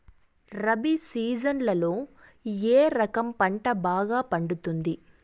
రబి సీజన్లలో ఏ రకం పంట బాగా పండుతుంది